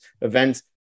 events